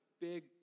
big